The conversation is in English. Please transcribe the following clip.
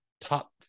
top